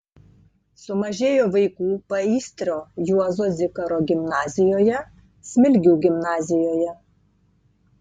sumažėjo vaikų paįstrio juozo zikaro gimnazijoje smilgių gimnazijoje